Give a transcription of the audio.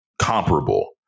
comparable